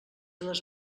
les